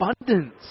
abundance